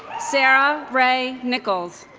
sarah rae nichols